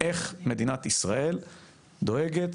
איך מדינת ישראל דואגת